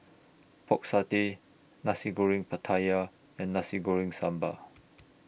Pork Satay Nasi Goreng Pattaya and Nasi Goreng Sambal